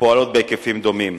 ופועלות בהיקפים דומים.